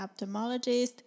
ophthalmologist